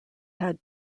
had